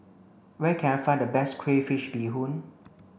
where can I find the best crayfish beehoon